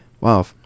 Wow